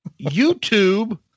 YouTube